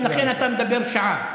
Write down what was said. לכן אתה מדבר שעה.